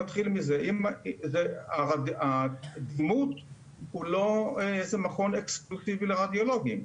נתחיל בזה: הדימות הוא לא מכון אקסקלוסיבי לרדיולוגים.